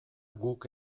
guk